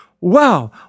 Wow